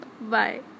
bye